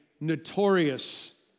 notorious